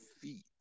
feet